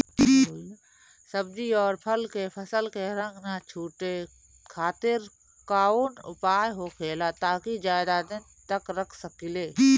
सब्जी और फल के फसल के रंग न छुटे खातिर काउन उपाय होखेला ताकि ज्यादा दिन तक रख सकिले?